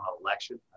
election